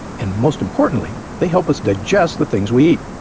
and most importantly they help us digest the things we eat.